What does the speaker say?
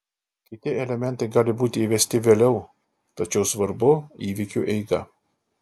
kiti elementai gali būti įvesti vėliau tačiau svarbu įvykių eiga